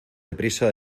deprisa